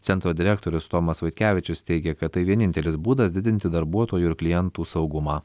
centro direktorius tomas vaitkevičius teigia kad tai vienintelis būdas didinti darbuotojų ir klientų saugumą